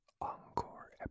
encore